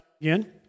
again